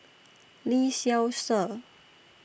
Lee Seow Ser